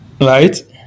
right